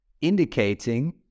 indicating